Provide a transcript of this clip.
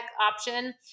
option